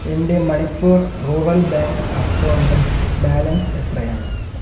എൻ്റെ Manipur rural bank account balance എത്രയാണ്